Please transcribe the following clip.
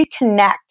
reconnect